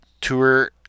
tour